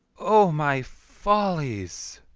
o my follies!